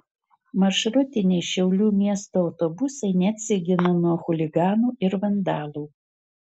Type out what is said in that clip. maršrutiniai šiaulių miesto autobusai neatsigina nuo chuliganų ir vandalų